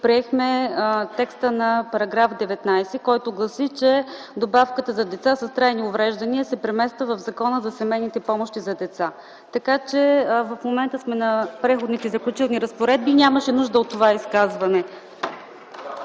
приехме текста на § 19, който гласи, че добавката за деца с трайни увреждания се премества в Закона за семейните помощи за деца. Така че в момента сме на Преходните и заключителните разпоредби (шум и реплики от ГЕРБ) и нямаше нужда от това изказване.